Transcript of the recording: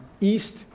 east